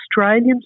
Australians